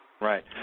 right